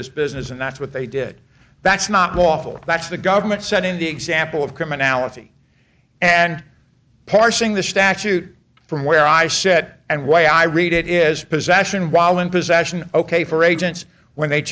this business and that's what they did that's not lawful that's the government setting the example of criminality and parsing the statute from where i said and way i read it is possession while in possession ok for agents when they